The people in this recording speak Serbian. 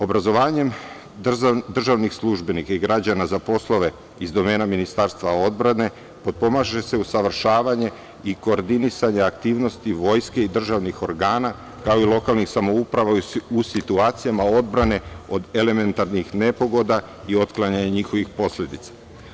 Obrazovanjem državnih službenika i građana za poslove iz domena Ministarstva odbrane potpomaže se usavršavanje i koordinisanje aktivnosti vojske i državnih organa, kao i lokalnih samouprava u situacijama odbrane od elementarnih nepogoda i otklanjanje njihovih posledica.